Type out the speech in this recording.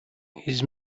his